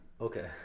Okay